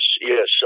yes